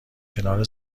کنار